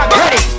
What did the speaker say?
ready